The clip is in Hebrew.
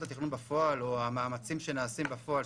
התכנון בפועל או המאמצים שנעשים בפועל,